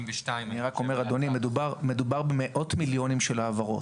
אדוני, מדובר במאות מיליונים של העברות.